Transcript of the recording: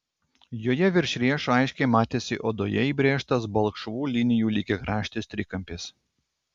joje virš riešo aiškiai matėsi odoje įbrėžtas balkšvų linijų lygiakraštis trikampis